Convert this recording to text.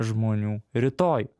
žmonių rytojų